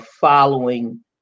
following